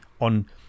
on